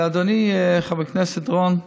אדוני חבר הכנסת רון,